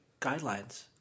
guidelines